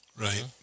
Right